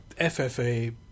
FFA